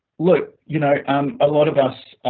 look, you know, i'm a lot of us